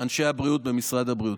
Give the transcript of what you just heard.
אנשי הבריאות במשרד הבריאות.